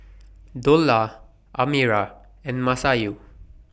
Dollah Amirah and Masayu